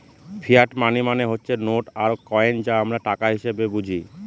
fiat money মানে হচ্ছে note আর কয়েন যা আমরা টাকা হিসেবে বুঝি